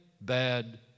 bad